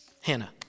Hannah